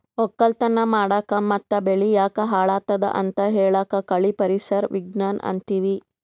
ವಕ್ಕಲತನ್ ಮಾಡಕ್ ಮತ್ತ್ ಬೆಳಿ ಯಾಕ್ ಹಾಳಾದತ್ ಅಂತ್ ಹೇಳಾಕ್ ಕಳಿ ಪರಿಸರ್ ವಿಜ್ಞಾನ್ ಅಂತೀವಿ